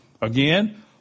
Again